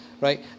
right